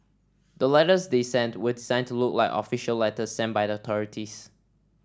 the letters they sent were designed to look like official letters sent by the authorities